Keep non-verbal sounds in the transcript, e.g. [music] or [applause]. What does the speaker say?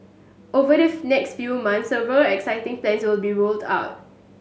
over the [unintelligible] next few months several exciting plans will be rolled out